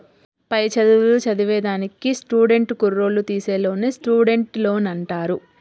పై చదువులు చదివేదానికి స్టూడెంట్ కుర్రోల్లు తీసీ లోన్నే స్టూడెంట్ లోన్ అంటారు